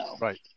Right